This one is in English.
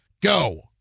go